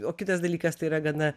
o kitas dalykas tai yra gana